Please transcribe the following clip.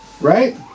right